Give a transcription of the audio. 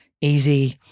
easy